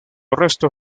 arresto